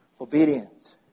obedience